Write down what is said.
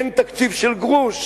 אין תקציב של גרוש,